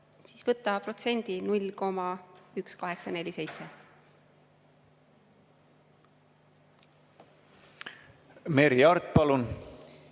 siis võtta protsendi: 0,1847%.